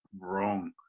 Wrong